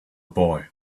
boy